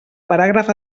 paràgraf